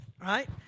right